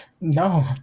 no